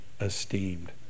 esteemed